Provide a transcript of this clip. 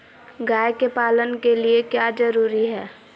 गाय के पालन के लिए क्या जरूरी है?